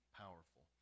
powerful